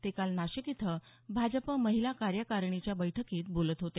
ते काल नाशिक इथं भाजप महिला कार्यकारिणीच्या बैठकीत बोलत होते